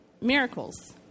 miracles